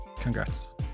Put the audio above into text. congrats